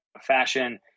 fashion